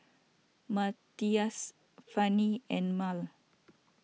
Mathias Fanny and Mal